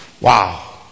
Wow